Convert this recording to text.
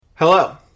Hello